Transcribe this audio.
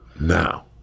now